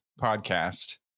Podcast